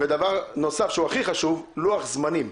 ודבר נוסף שהוא הכי חשוב לוח זמנים.